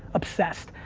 obsessed.